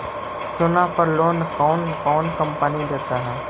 सोना पर लोन कौन कौन कंपनी दे है?